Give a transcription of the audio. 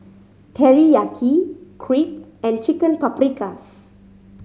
Teriyaki Crepe and Chicken Paprikas